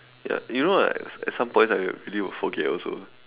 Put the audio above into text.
ya you know like at at some points I I really will forget also